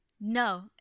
No